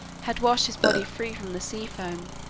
had washed his body free from the sea-foam,